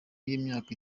y’imyaka